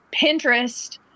Pinterest